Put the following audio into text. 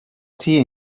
tea